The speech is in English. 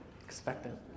expectant